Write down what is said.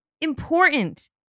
important